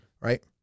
right